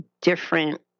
different